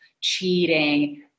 cheating